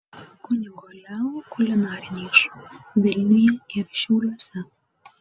kunigo leo kulinariniai šou vilniuje ir šiauliuose